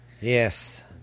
Yes